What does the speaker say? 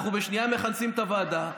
אנחנו בשנייה מכנסים את הוועדה,